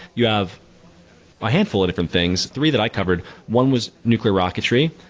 you have a handful of different things. three that i covered, one was nuclear rocketry.